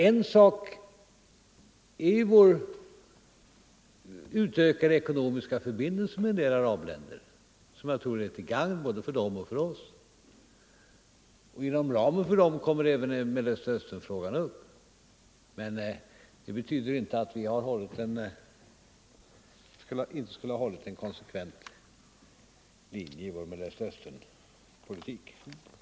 En sak är våra utökade ekonomiska förbindelser med en del arabländer, som jag tror är till gagn både för dem och för oss. Inom ramen för dessa förbindelser kommer även Mellanösternfrågan upp. Men det betyder inte att vi inte skulle ha hållit en konsekvent linje i vår Mellanösternpolitik.